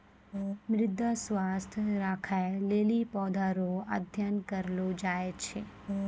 मृदा स्वास्थ्य राखै लेली पौधा रो अध्ययन करलो जाय छै